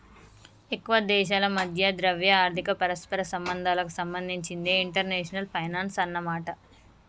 ఎక్కువ దేశాల మధ్య ద్రవ్య ఆర్థిక పరస్పర సంబంధాలకు సంబంధించినదే ఇంటర్నేషనల్ ఫైనాన్సు అన్నమాట